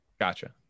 Gotcha